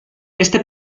este